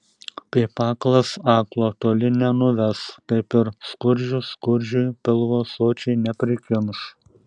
kaip aklas aklo toli nenuves taip ir skurdžius skurdžiui pilvo sočiai neprikimš